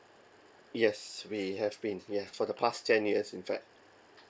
yes we have been yes for the past ten years in fact